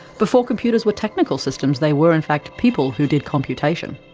before computers were technical systems, they were, in fact, people who did computation.